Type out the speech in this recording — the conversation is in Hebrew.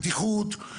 אבל התפקידים עצמם,